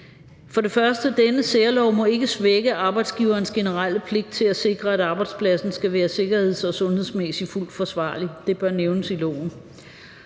lovforslaget: 1) Denne særlov må ikke svække arbejdsgiverens generelle pligt til at sikre, at arbejdspladserne skal være sikkerheds- og sundhedsmæssigt fuldt forsvarlig. Det bør nævnes i